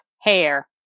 hair